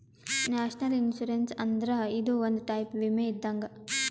national insurance ಅಂದ್ರ ಇದು ಒಂದ್ ಟೈಪ್ ವಿಮೆ ಇದ್ದಂಗ್